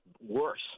worse